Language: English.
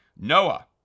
Noah